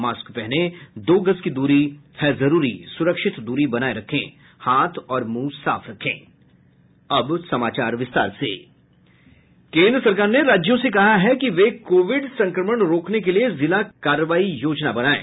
mask पहनें दो गज दूरी है जरूरी सुरक्षित दूरी बनाये रखें हाथ और मुंह साफ रखें केन्द्र सरकार ने राज्यों से कहा है कि वे कोविड संक्रमण रोकने के लिए जिला कार्रवाई योजना बनायें